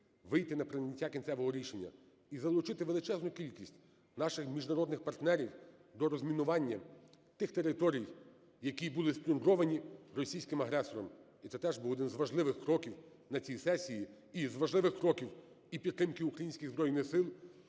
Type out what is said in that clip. вийти на прийняття кінцевого рішення і залучити величезну кількість наших міжнародних партнерів до розмінування тих територій, які були сплюндровані російським агресором. І це теж був один з важливих кроків на цій сесій і з важливих кроків і підтримки українських Збройних Сил,